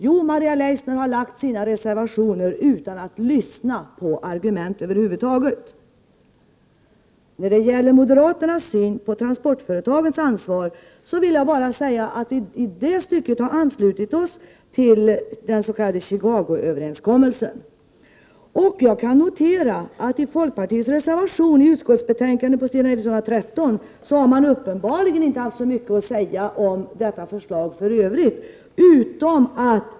Jo, Maria Leissner har lagt fram sina reservationer utan att över huvud taget lyssna på argument. När det gäller moderaternas syn på transportföretagens ansvar vill jag bara säga att vi i det stycket anslutit oss till den s.k. Chicagoöverenskommelsen. Jag kan notera att folkpartiet i reservation 47 uppenbarligen inte haft så mycket att säga om detta förslag annat än när det gäller tidpunkten.